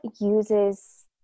uses